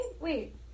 Wait